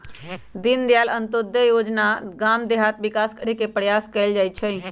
दीनदयाल अंत्योदय जोजना द्वारा गाम देहात के विकास करे के प्रयास कएल जाइ छइ